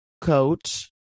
Coach